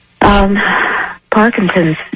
Parkinson's